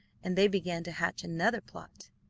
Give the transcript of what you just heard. and they began to hatch another plot.